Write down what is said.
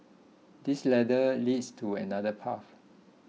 this ladder leads to another path